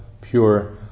pure